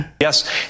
Yes